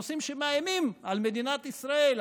נושאים שמאיימים על מדינת ישראל,